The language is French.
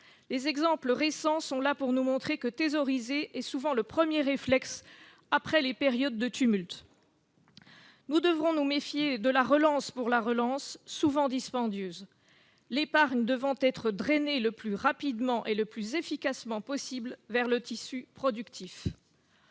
Les exemples récents sont là pour nous montrer que thésauriser est souvent le premier réflexe après les périodes de tumulte. Nous devrons nous méfier de « la relance pour la relance », souvent dispendieuse. L'épargne devra être drainée le plus rapidement et le plus efficacement possible vers le tissu productif.